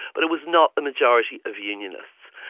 but it was not a majority of unionists.